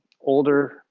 older